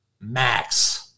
Max